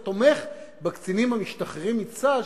אתה תומך בקצינים המשתחררים מצה"ל,